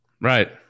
Right